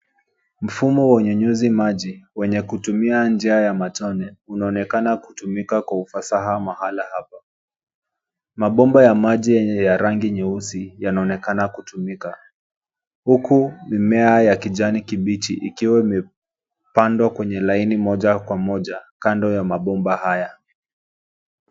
Mfumo wa unyunyuzi maji wenye kutumia njia ya matone unaonekana kutumika kwa ufasaha mahala hapa. Mabomba ya maji ya rangi nyeusi yanaonekana kutumika huku mimea ya kijani kibichi ikiwa imepandwa kwenye laini moja kwa moja kando ya mabomba haya.